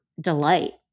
delight